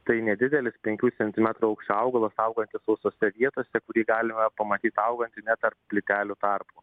tai nedidelis penkių centimetrų aukščio augalas augantis sausose vietose kurį galime pamatyt augantį net tarp plytelių tarpų